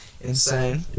insane